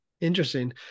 Interesting